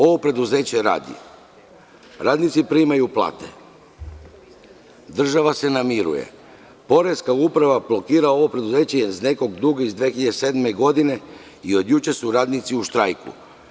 Ovo preduzeće radi, radnici primaju plate, država se namiruje, poreska uprava blokira ovo preduzeće iz nekog duga iz 2007. godine i od juče su radnici u štrajku.